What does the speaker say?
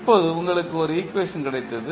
இப்போது உங்களுக்கு ஒரு ஈக்குவேஷன் கிடைத்தது